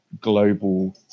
global